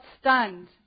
stunned